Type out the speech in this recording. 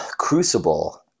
Crucible